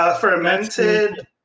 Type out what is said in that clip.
fermented